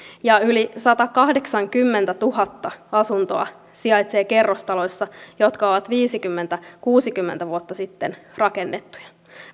ja yli satakahdeksankymmentätuhatta asuntoa sijaitsee kerrostaloissa jotka ovat viisikymmentä viiva kuusikymmentä vuotta sitten rakennettuja